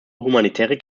humanitäre